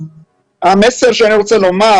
המסר שאני רוצה לומר